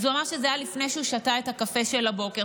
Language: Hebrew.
אז הוא אמר שזה היה לפני שהוא שתה את הקפה של הבוקר.